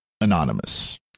anonymous